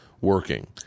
working